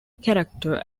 character